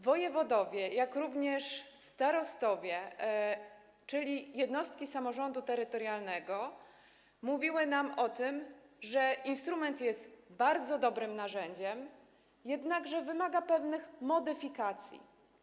Wojewodowie, jak również starostowie, czyli jednostki samorządu terytorialnego, mówili nam o tym, że instrument jest bardzo dobrym narzędziem, jednakże wymaga pewnych modyfikacji.